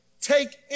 take